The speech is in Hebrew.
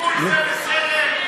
זה בסדר?